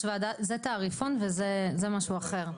זה תעריפון וזה, זה משהו אחר.